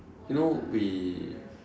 you know we